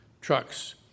trucks